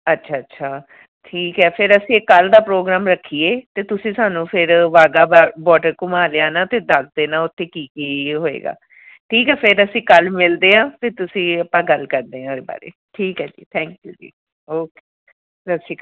ਅੱਛਾ ਅੱਛਾ ਠੀਕ ਹੈ ਫਿਰ ਅਸੀਂ ਕੱਲ੍ਹ ਦਾ ਪ੍ਰੋਗਰਾਮ ਰੱਖੀਏ ਅਤੇ ਤੁਸੀਂ ਸਾਨੂੰ ਫਿਰ ਬਾਗਾ ਬਾ ਬੋਡਰ ਘੁਮਾ ਲਿਆਉਣਾ ਅਤੇ ਦੱਸ ਦੇਣਾ ਉੱਥੇ ਕੀ ਕੀ ਹੋਏਗਾ ਠੀਕ ਹੈ ਫਿਰ ਅਸੀਂ ਕੱਲ੍ਹ ਮਿਲਦੇ ਹਾਂ ਅਤੇ ਤੁਸੀਂ ਆਪਾਂ ਗੱਲ ਕਰਦੇ ਹਾਂ ਉਹਦੇ ਬਾਰੇ ਠੀਕ ਹੈ ਜੀ ਥੈਂਕ ਯੂ ਜੀ ਓਕੇ ਸਤਿ ਸ਼੍ਰੀ ਅਕਾਲ